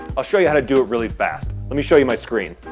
i'll show you how to do it really fast. let me show you my screen.